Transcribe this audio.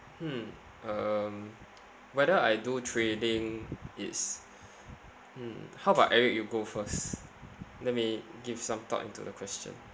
hmm um whether I do trading is hmm how about eric you go first let me give some thought into the question